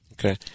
Okay